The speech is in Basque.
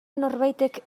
norbaitek